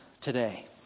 today